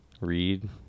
Read